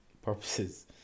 purposes